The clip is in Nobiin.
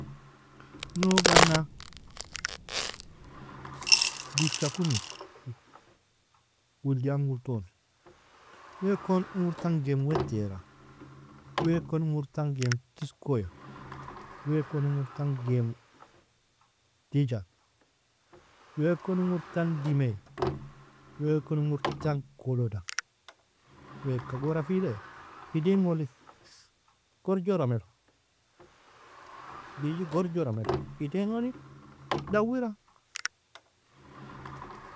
No'g anna, dicha kon, willdi angul toon, weakon umortan gem wetteara, weakon umortan gem tiskoya, weakon umortan gem dija, weakon umortan dime, weakon umortan koloda, weaka agoorafile? Idien golli, gorjora mel, didji gorjora mel, idien goni dawirra.